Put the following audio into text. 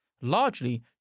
largely